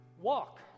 Walk